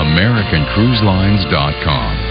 AmericanCruiseLines.com